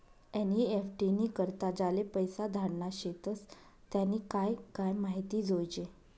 NEFT नी करता ज्याले पैसा धाडना शेतस त्यानी काय काय माहिती जोयजे